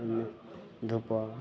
ओइमे धूपऽ